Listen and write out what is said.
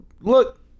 Look